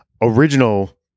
original